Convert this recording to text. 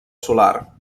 solar